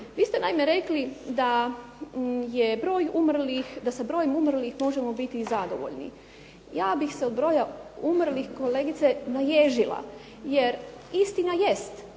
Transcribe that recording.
da je broj umrlih, da sa brojem umrlih možemo biti i zadovoljni. Ja bih se od broja umrlih kolegice naježila, jer istina jest